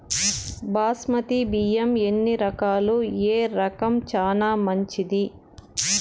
బాస్మతి బియ్యం ఎన్ని రకాలు, ఏ రకం చానా మంచిది?